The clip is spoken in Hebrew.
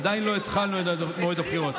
עדיין לא התחלנו את מועד הבחירות,